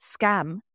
scam